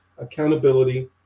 accountability